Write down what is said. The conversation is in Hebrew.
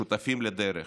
שותפים לדרך,